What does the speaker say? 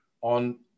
on